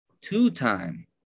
two-time